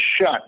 shut